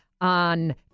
on